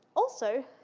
also,